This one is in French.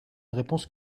réponse